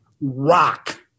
Rock